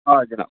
آ جِناب